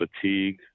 fatigue